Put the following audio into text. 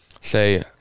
say